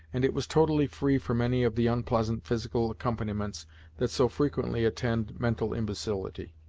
and it was totally free from any of the unpleasant physical accompaniments that so frequently attend mental imbecility.